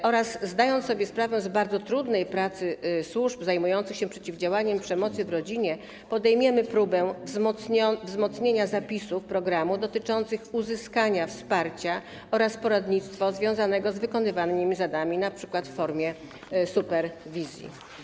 Ponieważ zdajemy sobie sprawę, jak bardzo trudna jest praca służb zajmujących się przeciwdziałaniem przemocy w rodzinie, podejmiemy próbę wzmocnienia zapisów programu dotyczących uzyskania wsparcia oraz poradnictwa związanego z wykonywanymi zadaniami, np. w formie superwizji.